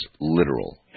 literal